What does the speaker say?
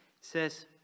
says